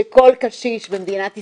שכל קשיש במדינת ישראל,